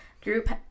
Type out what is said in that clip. group